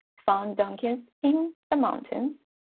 found donkeys in the mountains,